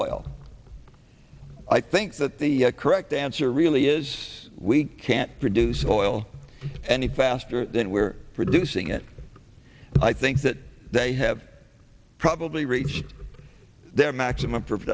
oil i think that the correct answer really is we can't produce oil any faster than we're producing it i think that they have probably reached their maximum for